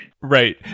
Right